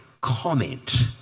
comment